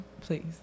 Please